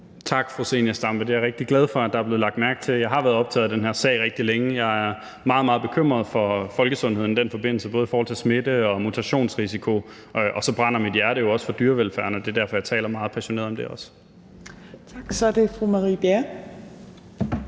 Tak til fru Zenia Stampe. Jeg er rigtig glad for, at der er blevet lagt mærke til, at jeg har været optaget af den her sag rigtig længe. Jeg er meget, meget bekymret for folkesundheden i den forbindelse, både i forhold til smitte og mutationsrisiko. Og så brænder mit hjerte jo også for dyrevelfærd, og det er derfor, jeg taler meget passioneret om det. Kl. 16:26 Fjerde